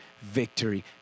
victory